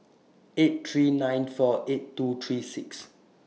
eight three nine four eight two three six